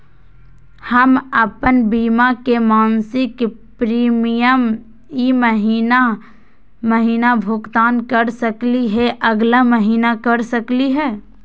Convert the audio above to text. हम अप्पन बीमा के मासिक प्रीमियम ई महीना महिना भुगतान कर सकली हे, अगला महीना कर सकली हई?